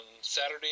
Saturday